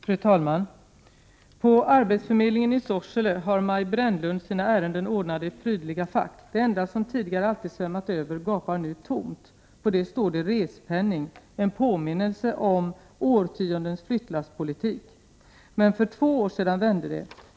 Fru talman! ”På arbetsförmedlingen i Sorsele har Maj Brännlund sina ärenden ordnade i prydliga fack. Det enda som tidigare alltid svämmat över gapar nu tomt. På det står det ”respenning', en påminnelse om årtiondens flyttlasspolitik. Men för två år sedan vände det.